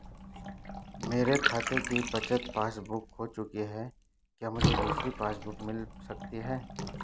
मेरे खाते की बचत पासबुक बुक खो चुकी है क्या मुझे दूसरी पासबुक बुक मिल सकती है?